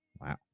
Wow